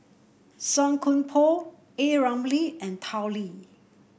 Song Koon Poh A Ramli and Tao Li